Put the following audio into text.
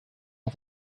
are